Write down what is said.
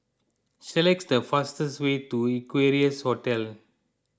select the fastest way to Equarius Hotel